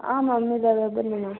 ಹಾಂ ಮ್ಯಾಮ್ ಇದ್ದಾವೆ ಬನ್ನಿ ಮ್ಯಾಮ್